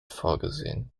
vorgesehen